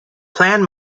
plan